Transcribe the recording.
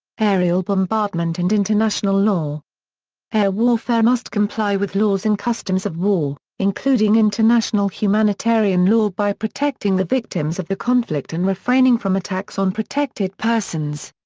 aerial bombardment and international law air warfare must comply with laws and customs of war, including international humanitarian law by protecting the victims of the conflict and refraining from attacks on protected persons.